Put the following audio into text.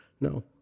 No